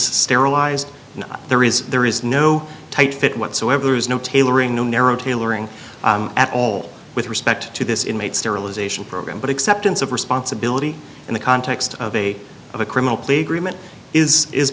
sterilized there is there is no tight fit whatsoever is no tailoring no narrow tailoring at all with respect to this inmate sterilization program but acceptance of responsibility in the context of a of a criminal plague remit is is